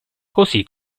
così